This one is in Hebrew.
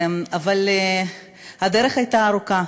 אבל הדרך הייתה ארוכה,